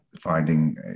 finding